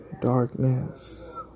darkness